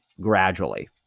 gradually